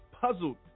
puzzled